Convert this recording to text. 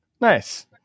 Nice